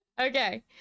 Okay